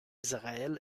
israël